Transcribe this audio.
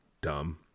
Dumb